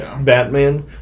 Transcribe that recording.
Batman